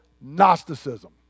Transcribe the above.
Gnosticism